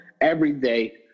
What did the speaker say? everyday